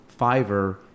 Fiverr